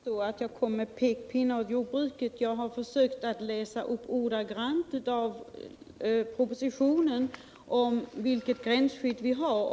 Herr talman! Einar Larsson säger att jag kommit med några pekpinnar åt jordbruket. Jag har försökt att ordagrant läsa ur propositionen om vilket gränsskydd vi har.